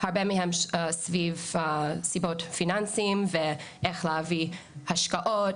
הרבה מהם סביב סיבות פיננסיות ואיך להביא השקעות,